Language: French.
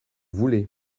voulez